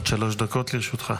עד שלוש דקות לרשותך.